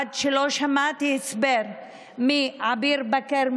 עד שלא שמעתי הסבר מעביר בכר,